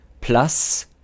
Plus